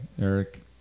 Eric